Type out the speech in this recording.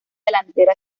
delantera